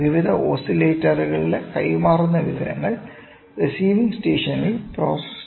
വിവിധ ഓസിലേറ്ററുകളിലൂടെ കൈമാറുന്ന വിവരങ്ങൾ റിസിവിങ് സ്റ്റേഷനിൽ പ്രോസസ്സ് ചെയ്യുന്നു